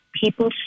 people